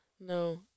No